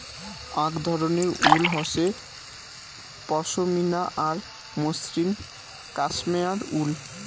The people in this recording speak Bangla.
আক ধরণের উল হসে পশমিনা এবং মসৃণ কাশ্মেয়ার উল